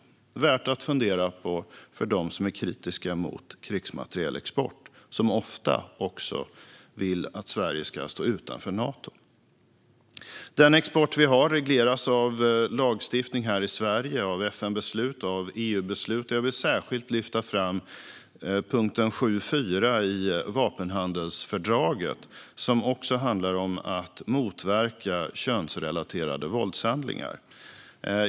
Det är värt att fundera på för dem som är kritiska mot krigsmaterielexport och som ofta också vill att Sverige ska stå utanför Nato. Den export vi har regleras av lagstiftning här i Sverige, av FN-beslut och av EU-beslut. Jag vill särskilt lyfta fram punkt 7.4 i vapenhandelsfördraget, som också handlar om att motverka könsrelaterade våldshandlingar.